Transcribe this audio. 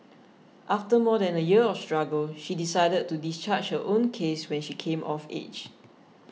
after more than a year of struggle she decided to discharge her own case when she came of age